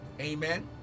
Amen